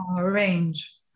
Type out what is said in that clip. range